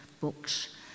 books